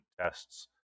tests